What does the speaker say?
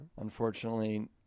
Unfortunately